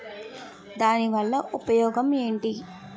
దాని వల్ల ఉపయోగం ఎంటి?